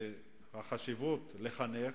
חשיבות החינוך,